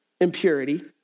impurity